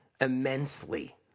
immensely